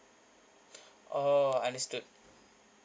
oh understood